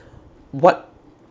what